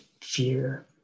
fear